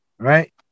Right